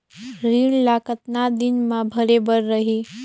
ऋण ला कतना दिन मा भरे बर रही?